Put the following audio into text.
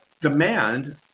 demand